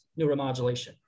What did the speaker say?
neuromodulation